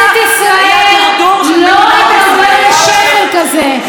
כנסת ישראל לא תידרדר לשפל כזה.